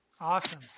Awesome